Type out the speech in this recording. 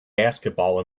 basketball